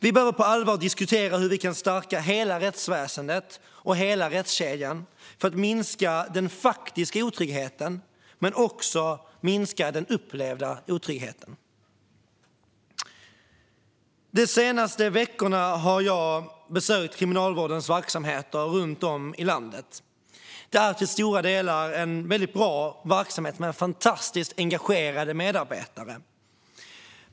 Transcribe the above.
Vi behöver på allvar diskutera hur vi kan stärka hela rättsväsendet och hela rättskedjan för att minska såväl den faktiska otryggheten som den upplevda otryggheten. De senaste veckorna har jag besökt Kriminalvårdens verksamhet runt om i landet. Det är till stora delar en väldigt bra verksamhet med fantastiskt engagerade medarbetare.